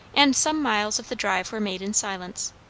and some miles of the drive were made in silence.